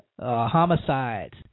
homicides